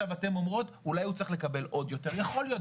אתן אומרות: אולי הוא צריך לקבל עוד יותר יכול להיות,